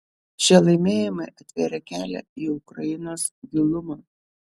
šie laimėjimai atvėrė kelią į ukrainos gilumą